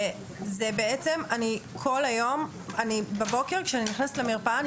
כשאני נכנסת בבוקר למרפאה,